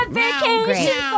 vacation